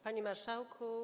Panie Marszałku!